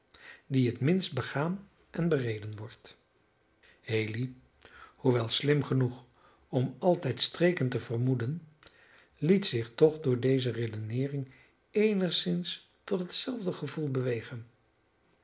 die het minst begaan en bereden wordt haley hoewel slim genoeg om altijd streken te vermoeden liet zich toch door deze redeneering eenigszins tot hetzelfde gevoel bewegen